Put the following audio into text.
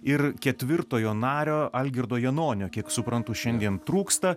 ir ketvirtojo nario algirdo janonio kiek suprantu šiandien trūksta